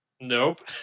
Nope